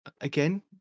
again